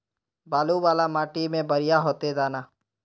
बालू वाला माटी में बढ़िया होते दाना?